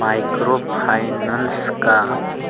microfinance का